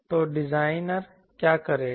तो डिजाइनर क्या करेगा